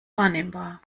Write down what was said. wahrnehmbar